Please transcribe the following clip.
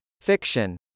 Fiction